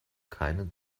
keinen